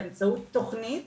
ובאמצעות תוכנית